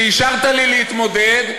שאישרת לי להתמודד,